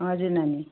हजुर नानी